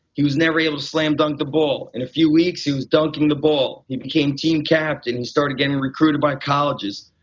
he was never able to slam dunk the ball. in a few weeks he was dunking the ball, he became team captain, he started getting recruited by colleges.